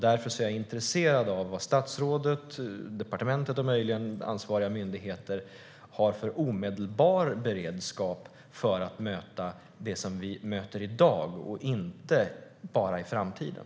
Därför är jag intresserad av vad statsrådet, departementet och möjligen ansvariga myndigheter har för omedelbar beredskap för att möta det som vi möter i dag och inte bara i framtiden.